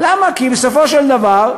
למה, כי, בסופו של דבר,